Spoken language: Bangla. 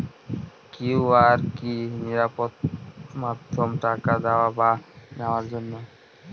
কিউ.আর কি নিরাপদ মাধ্যম টাকা দেওয়া বা নেওয়ার জন্য?